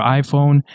iPhone